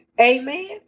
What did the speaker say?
Amen